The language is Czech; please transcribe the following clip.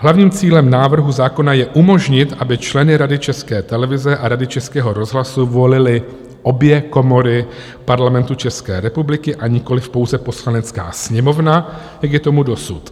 Hlavním cílem návrhu zákona je umožnit, aby členy Rady České televize a Rady Českého rozhlasu volily obě komory Parlamentu České republiky, a nikoliv pouze Poslanecká sněmovna, jak je tomu dosud.